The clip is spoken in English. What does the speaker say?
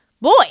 Boy